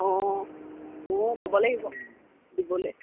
অঁ মইও ক'ব লাগিব দিবলৈ